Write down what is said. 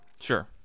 sure